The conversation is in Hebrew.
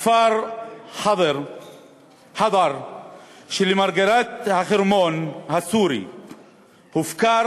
הכפר חאדר שלמרגלות החרמון הסורי הופקר